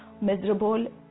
miserable